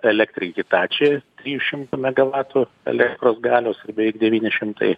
electric hitachi trijų šimtų megavatų elektros galios beveik devyni šimtai